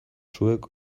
zuek